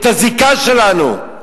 את הזיקה שלנו.